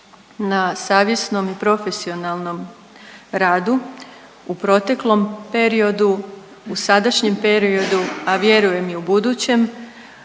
na savjesnom i profesionalnom radu u proteklom periodu, u sadašnjem periodu, a vjerujem i u budućem.